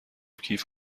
کیف